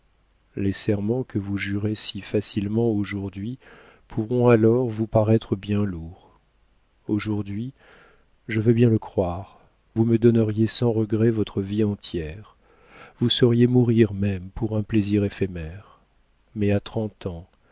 les serments que vous jurez si facilement aujourd'hui pourront alors vous paraître bien lourds aujourd'hui je veux bien le croire vous me donneriez sans regret votre vie entière vous sauriez mourir même pour un plaisir éphémère mais à trente ans